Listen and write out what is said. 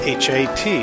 h-a-t